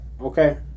okay